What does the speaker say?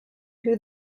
who